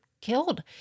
killed